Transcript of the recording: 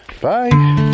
bye